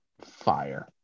fire